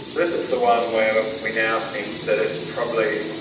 this is the one where we now think that it's probably,